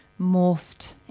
morphed